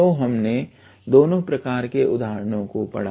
तो हमने दोनों प्रकारों के उदाहरणों को पढ़ लिया